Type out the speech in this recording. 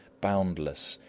boundless,